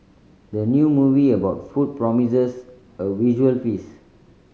the new movie about food promises a visual feast